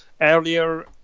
earlier